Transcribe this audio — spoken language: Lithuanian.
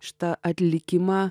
šitą atlikimą